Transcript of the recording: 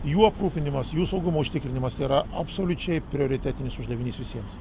jų aprūpinimas jų saugumo užtikrinimas yra absoliučiai prioritetinis uždavinys visiems